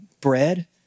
bread